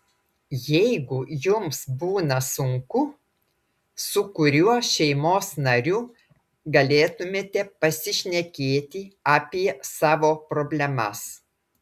jeigu jums būna sunku su kuriuo šeimos nariu galėtumėte pasišnekėti apie savo problemas